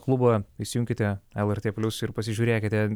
klubą įsijunkite lrt plius ir pasižiūrėkite